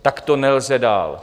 Takto nelze dál.